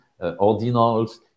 ordinals